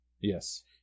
Yes